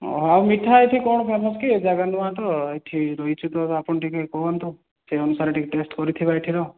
ଆଉ ମିଠା ଏଠି କ'ଣ ଫେମସ୍ କି ଯାଗା ନୂଆ ତ ଏଇଠି ରହିଛୁ ତ ଆପଣ ଟିକିଏ କୁହନ୍ତୁ ସେହି ଅନୁସାରେ ଟିକିଏ ଟେଷ୍ଟ କରିଥିବା ଏଠିର